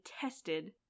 tested